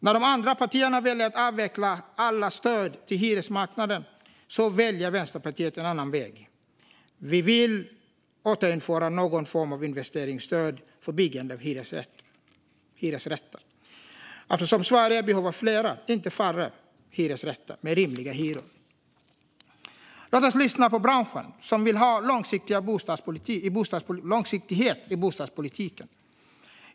När de andra partierna väljer att avveckla alla stöd till hyresmarknaden väljer Vänsterpartiet en annan väg. Vi vill återinföra någon form av investeringsstöd för byggande av hyresrätter eftersom Sverige är i behov av fler, inte färre, hyresrätter med rimliga hyror. Låt oss lyssna på branschen, som vill ha långsiktighet i bostadspolitiken!